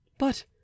But